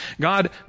God